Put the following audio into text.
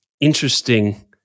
interesting